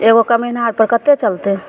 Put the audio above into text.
एगो कमेनहार पर कते चलतय